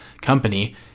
company